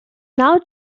now